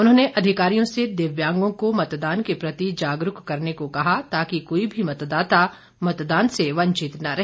उन्होंने अधिकारियों से दिव्यांगों को मतदान के प्रति जागरूक करने को कहा ताकि कोई भी मतदाता मतदान से वंचित न रहे